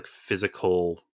physical